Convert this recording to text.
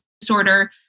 disorder